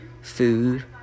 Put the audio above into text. food